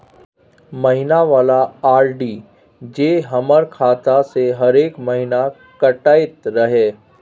महीना वाला आर.डी जे हमर खाता से हरेक महीना कटैत रहे?